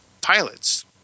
pilots